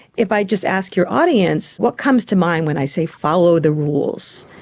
if i just ask your audience, what comes to mind when i say follow the rules,